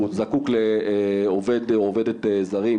הוא זקוק לעובד או עובדת זרים,